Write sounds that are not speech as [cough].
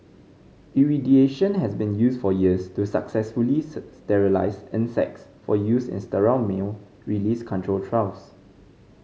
irradiation has been used for years to successfully [unintelligible] sterilise insects for use in sterile male release control trials